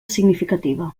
significativa